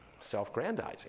self-grandizing